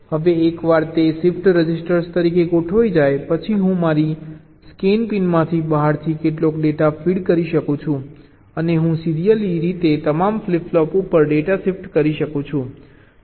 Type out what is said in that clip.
હવે એકવાર તે શિફ્ટ રજિસ્ટર તરીકે ગોઠવાઈ જાય પછી હું મારી સ્કેનઈન પિનમાંથી બહારથી કેટલોક ડેટા ફીડ કરી શકું છું અને હું સીરિયલી રીતે તમામ ફ્લિપ ફ્લોપ ઉપર ડેટા શિફ્ટ કરી શકું છું